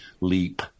leap